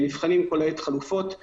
נבחנות חלופות כל העת.